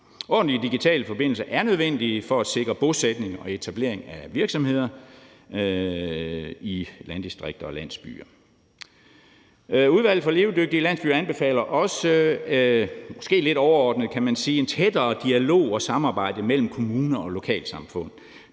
Ordentlige digitale forbindelser er nødvendige for at sikre bosætning og etablering af virksomheder i landdistrikter og landsbyer. Udvalget for levedygtige landsbyer anbefaler også – måske lidt overordnet, kan man